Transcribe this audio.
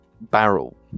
Barrel